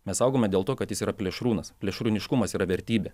mes saugome dėl to kad jis yra plėšrūnas plėšrūniškumas yra vertybė